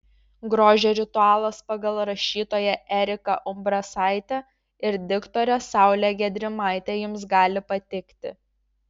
grožio ritualas pagal rašytoją eriką umbrasaitę ir diktorę saulę gedrimaitę jums gali patikti